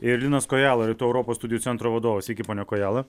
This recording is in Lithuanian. ir linas kojala rytų europos studijų centro vadovas sveiki pone kojala